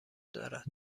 دارد